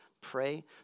pray